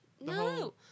No